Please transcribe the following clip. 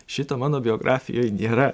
šito mano biografijoj nėra